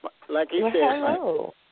Hello